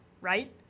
right